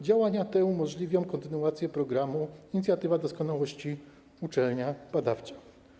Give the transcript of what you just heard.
Działania te umożliwią kontynuację programu „Inicjatywa doskonałości - uczelnia badawcza”